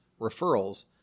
referrals